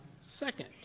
second